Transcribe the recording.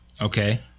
okay